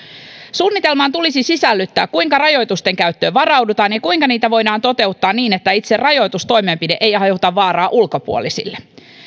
suunnitelmaan tulisi sisällyttää kuinka rajoitusten käyttöön varaudutaan ja kuinka niitä voidaan toteuttaa niin että itse rajoitustoimenpide ei aiheuta vaaraa ulkopuolisille